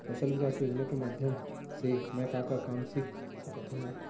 कौशल विकास योजना के माधयम से मैं का का काम सीख सकत हव?